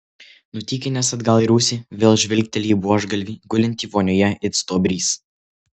nutykinęs atgal į rūsį vėl žvilgteli į buožgalvį gulintį vonioje it stuobrys